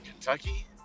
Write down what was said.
Kentucky